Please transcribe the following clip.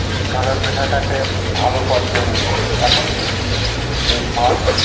ধরার পেশাটাকে ভালো পর্যায়ে নিয়ে গিয়েছে এখন এই মাছ